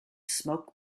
smoke